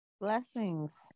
blessings